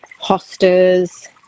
hostas